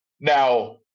Now